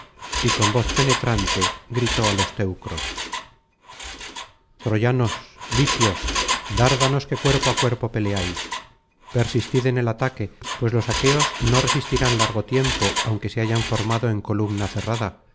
y con voz penetrante gritó á los teucros troyanos licios dárdanos que cuerpo á cuerpo peleáis persistid en el ataque pues los aqueos no resistirán largo tiempo aunque se hayan formado en columna cerrada